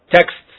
texts